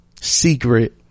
secret